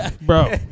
Bro